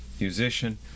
musician